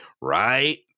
right